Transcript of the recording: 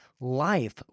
life